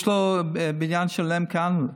יש לו בניין שלם כאן,